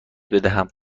بدهم